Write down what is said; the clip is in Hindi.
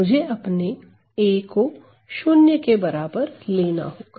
मुझे अपने A को शून्य के बराबर लेना होगा